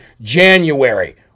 January